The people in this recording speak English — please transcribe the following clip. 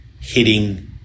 hitting